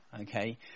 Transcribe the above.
okay